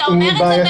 הנושא זה הוא בעייתי.